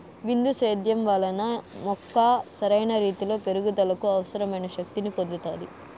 బిందు సేద్యం వలన మొక్క సరైన రీతీలో పెరుగుదలకు అవసరమైన శక్తి ని పొందుతాది